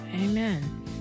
Amen